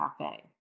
cafe